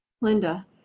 Linda